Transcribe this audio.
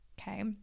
Okay